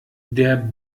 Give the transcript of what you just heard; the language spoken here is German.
der